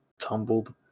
tumbled